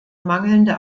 mangelnde